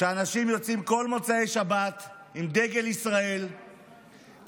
שאנשים יוצאים כל מוצאי שבת עם דגל ישראל כדי